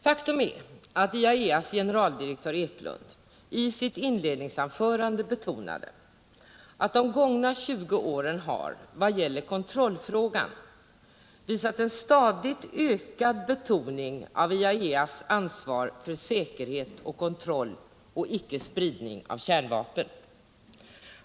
Faktum är att IAEA:s generaldirektör Eklund i sitt inledningsanförande framhöllatt de gångna 20 åren har, vad gäller kontrollfrågan, visat en stadigt ökad betoning av IAEA:s ansvar för säkerhet och kontroll och icke-spridning av kärnvapen.